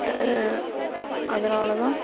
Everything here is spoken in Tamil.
அதனால தான்